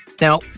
Now